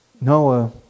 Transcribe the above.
Noah